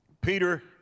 Peter